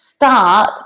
start